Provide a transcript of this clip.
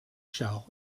shell